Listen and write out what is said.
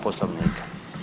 Poslovnika.